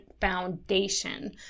foundation